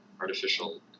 artificial